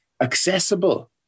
accessible